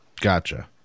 gotcha